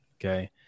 Okay